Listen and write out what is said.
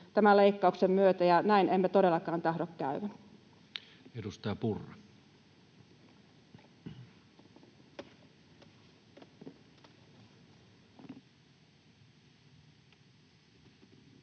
tämän leikkauksen myötä, ja näin emme todellakaan tahdo käyvän.